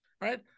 right